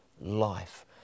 life